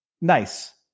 nice